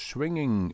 Swinging